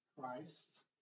Christ